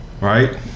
Right